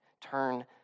turn